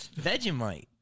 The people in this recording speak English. Vegemite